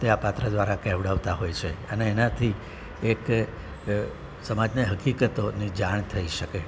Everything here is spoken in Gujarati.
તે આ પાત્ર દ્વારા કેહેવડાવતા હોય છે અને એનાથી એક સમાજને હકીકતોની જાણ થઈ શકે